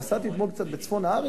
נסעתי לצפון הארץ,